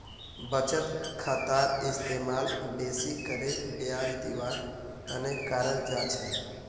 बचत खातार इस्तेमाल बेसि करे ब्याज दीवार तने कराल जा छे